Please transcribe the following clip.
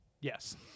yes